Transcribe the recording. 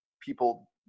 people